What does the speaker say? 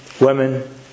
women